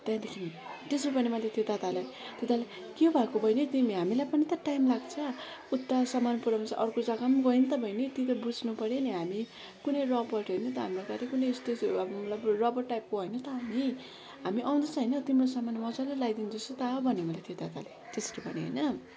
त्यहाँदेखि त्यसो भने मैले त्यो दादालाई त्यो दादाले के भएको बहिनी तिमी हामीलाई पनि त टाइम लाग्छ उता सामान पुऱ्याउनु पर्छ अर्को जग्गा नि त गए नि त बहिनी तिमीले बुझ्नुपऱ्यो नि हामी नि कुनै रोबट होइन त हामी पनि कुनै यस्तो अब हामी मतलब रोबट टाइपको होइन त हामी हामी आउँदैछ होइन तिम्रो सामान मजाले ल्याइदिँदैछु त भन्यो मलाई त्यो दादाले त्यसरी भन्यो होइन